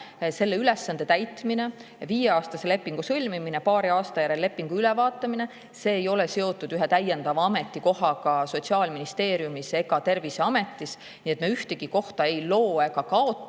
Selle ülesande täitmine – viieaastase lepingu sõlmimine, paari aasta järel lepingu ülevaatamine – ei ole seotud ühe täiendava ametikohaga Sotsiaalministeeriumis ega Terviseametis, nii et me ühtegi kohta ei loo ega kaota.